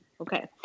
Okay